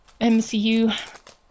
MCU